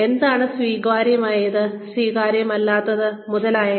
എന്താണ് സ്വീകാര്യമായത് സ്വീകാര്യമല്ലാത്തത് മുതലായവ